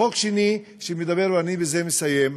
חוק שני שמדבר, ואני בזה מסיים,